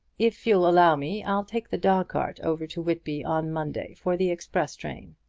if you'll allow me, i'll take the dog-cart over to whitby on monday, for the express train.